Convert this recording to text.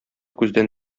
күздән